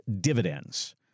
dividends